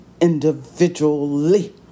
individually